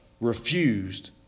refused